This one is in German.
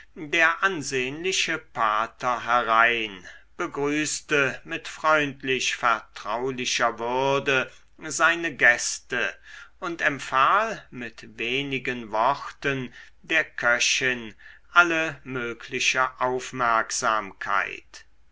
der ansehnliche pater herein begrüßte mit freundlich vertraulicher würde seine gäste und empfahl mit wenigen worten der köchin alle mögliche aufmerksamkeit